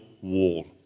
wall